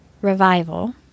revival